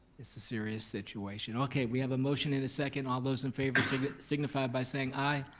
it's a serious situation. okay, we have a motion and a second, all those in favor signify by saying i.